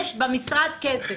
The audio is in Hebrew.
יש במשרד כסף,